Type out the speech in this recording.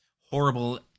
horrible